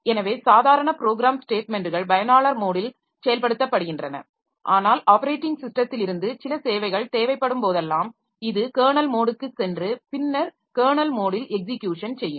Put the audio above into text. எனவே சாதாரண ப்ரோக்ராம் ஸ்டேட்மென்ட்கள் பயனாளர் மோடில் செயல்படுத்தப்படுகின்றன ஆனால் ஆப்பரேட்டிங் ஸிஸ்டத்திலிருந்து சில சேவைகள் தேவைப்படும்போதெல்லாம் இது கெர்னல் மோடுக்குச் சென்று பின்னர் கெர்னல் மோடில் எக்ஸிக்யூஷன் செய்யும்